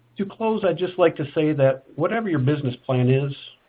to close, i'd just like to say that whatever your business plan is,